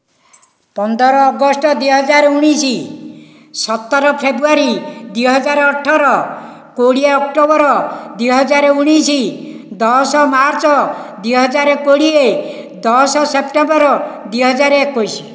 ପନ୍ଦର ଅଗଷ୍ଟ ଦୁଇ ହଜାର ଉଣେଇଶ ସତର ଫେବୃଆରୀ ଦୁଇ ହଜାର ଅଠର କୋଡ଼ିଏ ଅକ୍ଟୋବର ଦୁଇ ହଜାର ଉଣେଇଶ ଦଶ ମାର୍ଚ୍ଚ ଦୁଇ ହଜାର କୋଡ଼ିଏ ଦଶ ସେପ୍ଟେମ୍ବର ଦୁଇ ହଜାର ଏକୋଇଶ